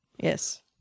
Yes